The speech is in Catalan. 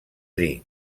dir